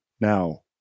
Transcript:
now